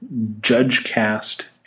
judgecast